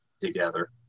together